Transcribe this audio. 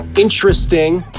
interesting,